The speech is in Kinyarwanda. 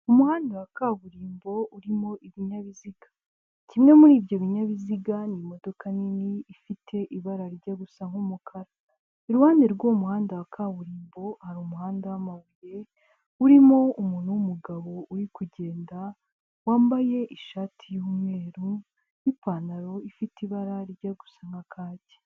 Umuhanda wa kaburimbo urimo ibinyabiziga ,kimwe muri ibyo binyabiziga ni imodoka nini ifite ibara rijya gusa n'umukara iruhande rw'umuhanda wa kaburimbo hari umuhanda w'amabuye urimo umuntu w'umugabo uri kugenda wambaye ishati y'umweru n'ipantaro ifite ibara rijya gusa na kaki.